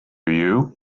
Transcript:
you